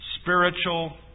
spiritual